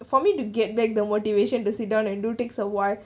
for me to get back the motivation to sit down and do takes a while